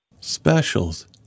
Specials